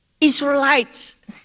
Israelites